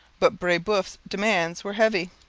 but brebeuf's demands were heavy.